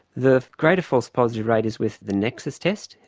the greater false-positive rate is with the nexus test,